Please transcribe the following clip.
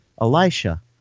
Elisha